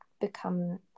become